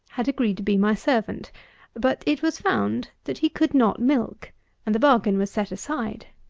had agreed to be my servant but it was found that he could not milk and the bargain was set aside.